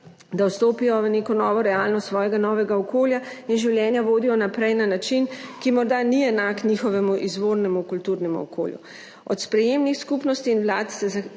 da vstopijo v neko novo realnost svojega novega okolja in življenja vodijo naprej na način, ki morda ni enak njihovemu izvornemu kulturnemu okolju. Od sprejemnih skupnosti in vlad pa zahteva,